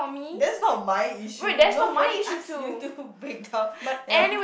that's not my issue nobody ask you to breakdown ya